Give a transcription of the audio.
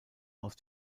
aus